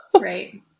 right